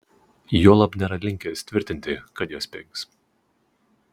juolab nėra linkęs tvirtinti kad jos pigs